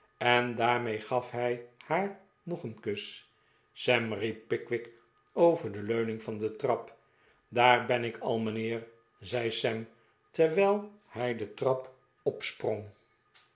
en daarmee gaf hij haar nog een kus saml riep pickwick over de leuning van de trap daar ben ik al mijnheer zei sam terwijl hij de trap op